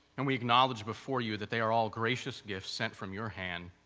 and we acknowledge before you that they are all gracious gifts sent from your hand.